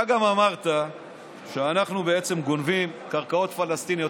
אתה גם אמרת שאנחנו בעצם גונבים קרקעות פלסטיניות.